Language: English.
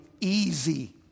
easy